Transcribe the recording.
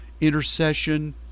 intercession